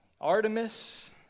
Artemis